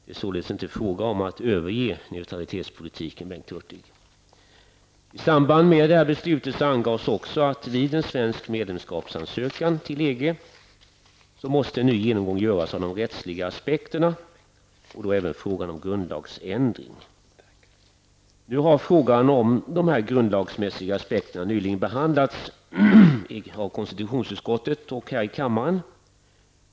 Det är således inte fråga om att överge neutralitetspolitiken, Bengt I samband med beslutet om EG-ansökan angavs att vid en svensk medlemsansökan till EG måste en ny genomgång göras av de rättsliga aspekterna och då även frågan om grundlagsändring. Nu har frågan om de grundlagsmässiga aspekterna behandlats i KU och av kammaren.